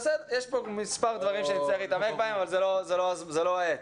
יש פה מספר דברים שנצטרך להתעמק בהם אבל זו לא העת.